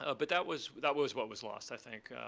ah but that was that was what was lost, i think,